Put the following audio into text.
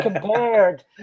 compared